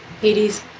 Hades